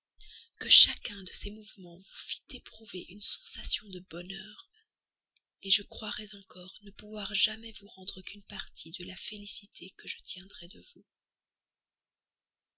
que chacun de ses mouvements vous fît éprouver une sensation de bonheur je croirais encore ne pouvoir jamais vous rendre qu'une partie de la félicité que je tiendrais de vous